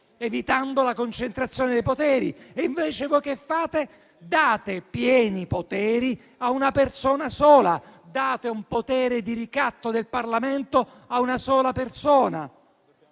evitando la concentrazione dei poteri. Invece, voi che fate? Date pieni poteri a una persona sola. Date un potere di ricatto del Parlamento a una sola persona.